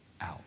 out